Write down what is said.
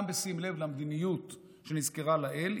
גם בשים לב למדיניות שנזכרה לעיל,